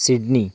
Sydney